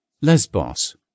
Lesbos